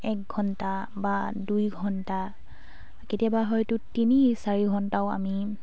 এক ঘণ্টা বা দুই ঘণ্টা কেতিয়াবা হয়তো তিনি চাৰি ঘণ্টাও আমি